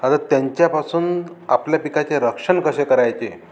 आता त्यांच्यापासून आपल्या पिकाचे रक्षण कसे करायचे